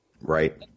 Right